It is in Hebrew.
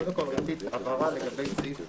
קודם כל ראיתי הבהרה לגבי סעיף ב,